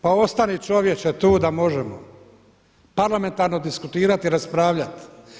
Pa ostani čovječe tu da možemo, parlamentarno diskutirati i raspravljati.